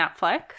Netflix